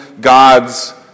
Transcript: God's